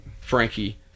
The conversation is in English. Frankie